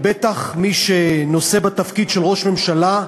ובטח של מי שנושא בתפקיד של ראש ממשלה,